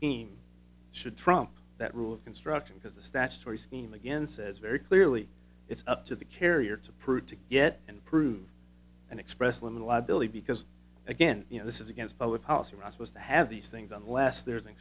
scheme should trump that rule of construction because the statutory scheme again says very clearly it's up to the carrier to prove to get and prove and express the liability because again you know this is against public policy i suppose to have these things unless there is an